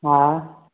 हा